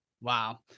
wow